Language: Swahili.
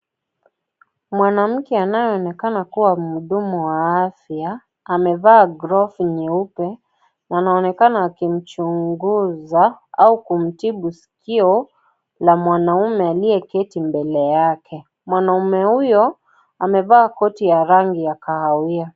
Mwanamke anayeonekana kuwa mhudumu wa afya. Amevaa glovu nyeupe na anaonekana akimchunguza au kumtibu sikio la mwanaume aliyeketi mbele yake. Mwanaume huyo amevaa koti ya rangi ya kahawia.